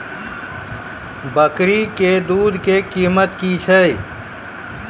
बकरी के दूध के कीमत की छै?